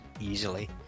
easily